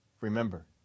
remember